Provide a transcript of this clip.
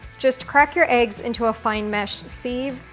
just crack your eggs into a fine mesh sieve,